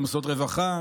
במוסדות רווחה,